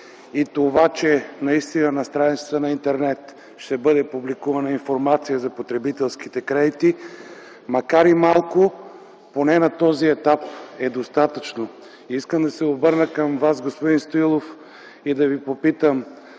и това, че на страниците на интернет ще бъде публикувана информация за потребителските кредити, макар и малко, поне на този етап е достатъчно. Искам да се обърна към Вас, господин Стоилов, и да Ви попитам: